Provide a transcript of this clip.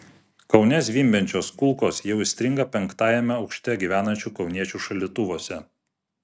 kaune zvimbiančios kulkos jau įstringa penktajame aukšte gyvenančių kauniečių šaldytuvuose